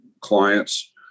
clients